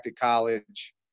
college